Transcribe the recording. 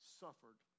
suffered